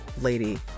lady